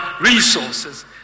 resources